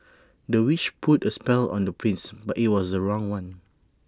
the witch put A spell on the prince but IT was the wrong one